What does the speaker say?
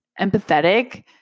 empathetic